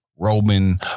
Roman